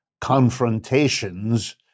confrontations